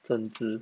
政治